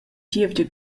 gievgia